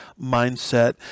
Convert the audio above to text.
mindset